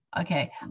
okay